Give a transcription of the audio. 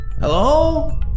Hello